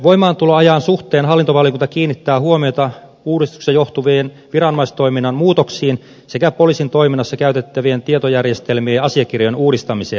voimaantuloajan suhteen hallintovaliokunta kiinnittää huomiota uudistuksesta johtuviin viranomaistoiminnan muutoksiin sekä poliisin toiminnassa käytettävien tietojärjestelmien ja asiakirjo jen uudistamiseen